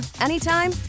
anytime